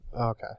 Okay